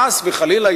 חס וחלילה,